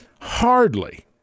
Hardly